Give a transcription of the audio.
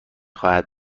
خواهد